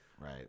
Right